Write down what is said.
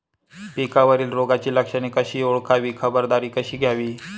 पिकावरील रोगाची लक्षणे कशी ओळखावी, खबरदारी कशी घ्यावी?